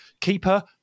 keeper